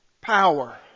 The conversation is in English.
power